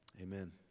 amen